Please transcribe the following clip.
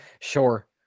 Sure